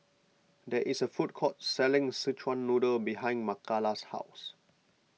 there is a food court selling Szechuan Noodle behind Makala's house